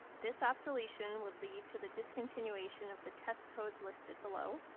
this obsoletion will lead to the discontinuation of the test codes listed below,